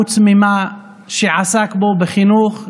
חוץ ממה שעסק בו בחינוך,